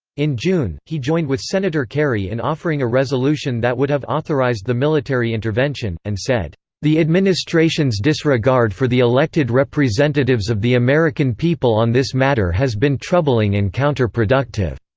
in june, he joined with senator kerry in offering a resolution that would have authorized the military intervention, and said the administration's disregard for the elected representatives of the american people on this matter has been troubling and counterproductive.